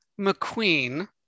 McQueen